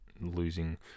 losing